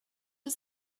was